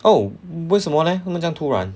oh 为什么 leh 为什么这样突然